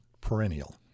perennial